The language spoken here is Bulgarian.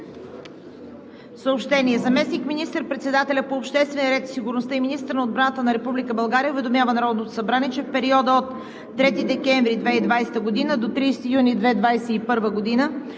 съобщение: Заместник министър-председателят по обществения ред и сигурността и министър на отбраната на Република България уведомява Народното събрание, че в периода от 3 декември 2020 г. до 30 юни 2021 г.